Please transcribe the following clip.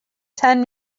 ten